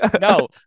no